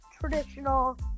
traditional